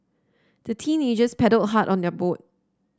the teenagers paddled hard on their boat